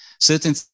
certain